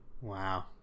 Wow